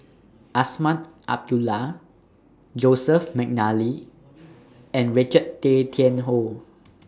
Azman Abdullah Joseph Mcnally and Richard Tay Tian Hoe